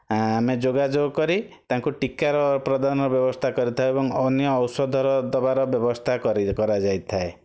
ଆ ଆମେ ଯୋଗାଯୋଗ କରି ତାଙ୍କୁ ଟୀକାର ପ୍ରଦାନ ର ବ୍ୟବସ୍ଥା କରିଥାଉ ଏବଂ ଅନ୍ୟ ଔଷଧର ଦେବାର ବ୍ୟବସ୍ଥା କରି କରାଯାଇଥାଏ